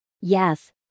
Yes